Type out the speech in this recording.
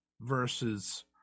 versus